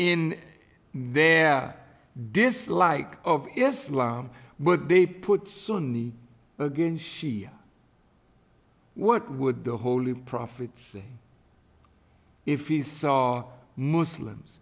in their dislike of islam but they put sunni against shia what would the holy prophet say if he saw muslims